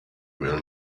will